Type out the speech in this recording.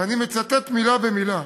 ואני מצטט מילה במילה: